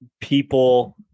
people